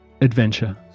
adventure